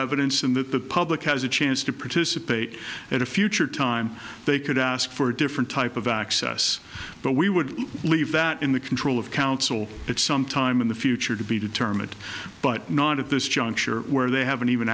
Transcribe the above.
evidence and the public has a chance to participate in a future time they could ask for a different type of access but we would leave that in the control of council at some time in the future to be determined but not at this juncture where they haven't even